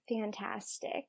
fantastic